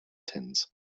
tins